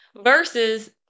Versus